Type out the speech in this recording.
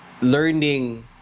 learning